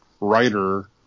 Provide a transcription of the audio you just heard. writer